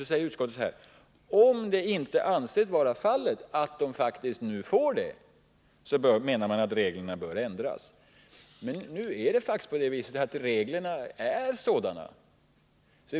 Sedan anför utskottet, att om det inte anses vara fallet att dessa företag faktiskt får samma stöd som andra bör reglerna ändras. — Men det är faktiskt på det viset att reglerna innebär att företagen behandlas lika.